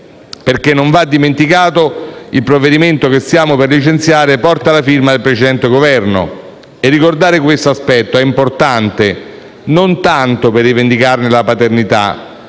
Non va infatti dimenticato che il provvedimento che stiamo per licenziare porta la firma del precedente Governo. Ricordare questo aspetto è importante, e non tanto per rivendicarne la paternità,